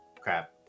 crap